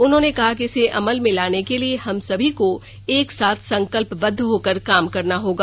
उन्होंने कहा कि इसे अमल में लाने के लिए हम सभी को एकसाथ संकल्पबद्ध होकर काम करना होगा